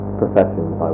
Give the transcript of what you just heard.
professions